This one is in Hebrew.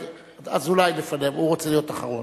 אזולאי לפניו, הוא רוצה להיות אחרון.